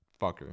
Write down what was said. fucker